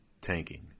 tanking